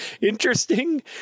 interesting